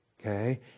okay